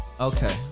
Okay